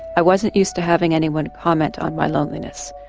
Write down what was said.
i wasn't used to having anyone comment on my loneliness.